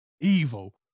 evil